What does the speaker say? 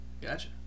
Gotcha